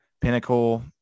pinnacle